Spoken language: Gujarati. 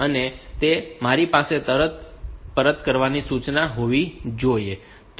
તે પછી અંતે મારી પાસે પરત કરવાની સૂચના હોવી જોઈએ